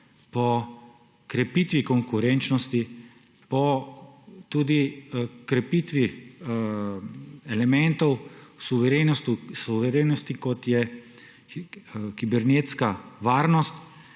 po krepitvi konkurenčnosti, tudi po krepitvi elementov suverenosti, kot je kibernetska varnost.